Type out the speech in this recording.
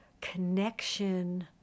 connection